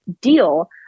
deal